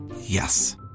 Yes